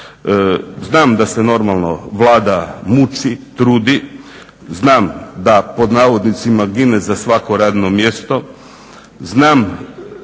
Znam da se normalno Vlada muči, trudi, znam da "gine" za svako radno mjesto, znam